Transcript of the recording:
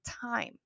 time